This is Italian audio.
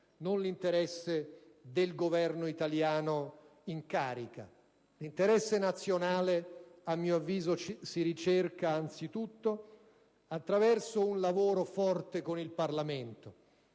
non l'interesse del Governo italiano in carica. L'interesse nazionale, a mio avviso, si ricerca anzitutto attraverso un lavoro forte con il Parlamento.